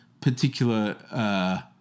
particular